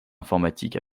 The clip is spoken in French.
informatique